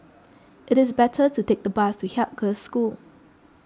it is better to take the bus to Haig Girls' School